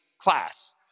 class